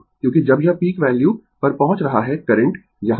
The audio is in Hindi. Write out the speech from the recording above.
क्योंकि जब यह पीक वैल्यू पर पहुंच रहा है करंट यहाँ है